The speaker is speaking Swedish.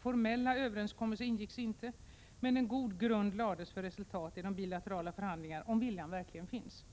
Formella överenskommelser ingicks inte, men en god grund lades för resultat i de bilaterala förhandlingarna — om viljan verkligen finns.